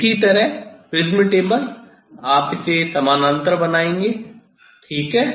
इसी तरह prism table आप इसे समानांतर बनाएँगे ठीक है